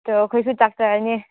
ꯆꯣ ꯑꯩꯈꯣꯏꯁꯨ ꯆꯥꯛ ꯆꯥꯔꯅꯤ